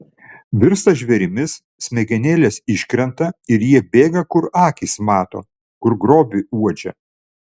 virsta žvėrimis smegenėlės iškrenta ir jie bėga kur akys mato kur grobį uodžia